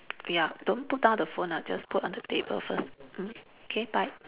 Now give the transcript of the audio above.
ya don't put down the phone ah just put on the table first mm okay bye